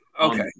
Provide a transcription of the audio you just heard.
Okay